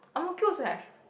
Ang_Mo_Kio also have